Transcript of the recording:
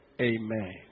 Amen